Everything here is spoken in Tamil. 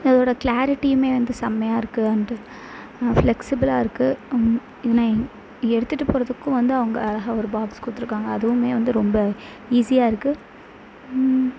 இதோட கிளாரிட்டியுமே வந்து செம்மையா இருக்குது அண்டு ஃபிளக்ஸிபுளாக இருக்குது எடுத்துகிட்டு போகிறதுக்கும் வந்து அவங்க அழகாக ஒரு பாக்ஸ் கொடுத்துருக்காங்க அதுவுமே வந்து ரொம்ப ஈஸியாக இருக்குது